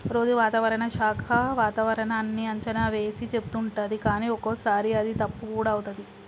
రోజు వాతావరణ శాఖ వాతావరణన్నీ అంచనా వేసి చెపుతుంటది కానీ ఒక్కోసారి అది తప్పు కూడా అవుతది